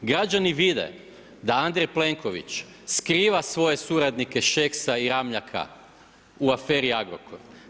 Građani vide da Andrej Plenković skriva svoje suradnike Šeksa i Ramljaka u aferi Agrokor.